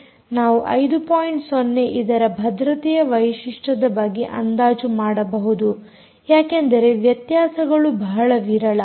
0 ಇದರ ಭದ್ರತೆಯ ವೈಶಿಷ್ಟ್ಯದ ಬಗ್ಗೆ ಅಂದಾಜು ಮಾಡಬಹುದು ಯಾಕೆಂದರೆ ವ್ಯತ್ಯಾಸಗಳು ಬಹಳ ವಿರಳ